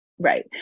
Right